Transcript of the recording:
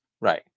Right